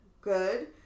good